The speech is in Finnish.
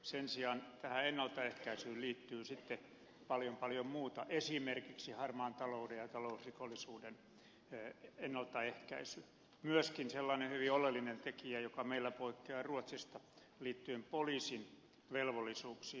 sen sijaan tähän ennaltaehkäisyyn liittyy sitten paljon paljon muuta esimerkiksi harmaan talouden ja talousrikollisuuden ennaltaehkäisy myöskin sellainen hyvin oleellinen tekijä joka meillä poikkeaa ruotsista liittyen poliisin velvollisuuksiin